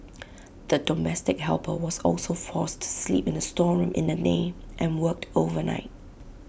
the domestic helper was also forced to sleep in the storeroom in the day and worked overnight